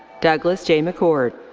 douglas j mccord.